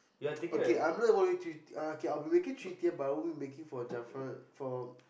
okay I'm not gonna make three tier K I'll be making three tier but I won't Jaafar for